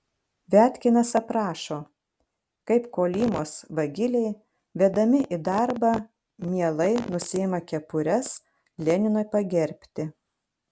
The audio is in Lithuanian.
viatkinas aprašo kaip kolymos vagiliai vedami į darbą mielai nusiima kepures leninui pagerbti